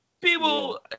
People